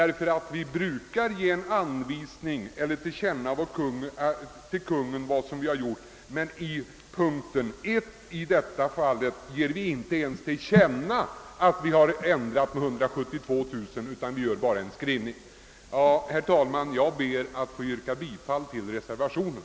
Riksdagen brukar ge Kungl. Maj:t till känna vad som blivit gjort, men beträffande yrkandet under punkt 44, mom. 1, ger man inte till känna att anslaget ökar med 172 000 kronor. Härmed ber jag att få yrka bifall till reservationen.